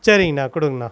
சரிங்கண்ணா கொடுங்கண்ணா